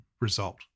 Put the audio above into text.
result